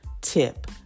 tip